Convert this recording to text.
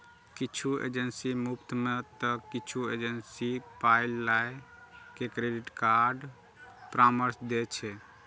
किछु एजेंसी मुफ्त मे तं किछु एजेंसी पाइ लए के क्रेडिट परामर्श दै छै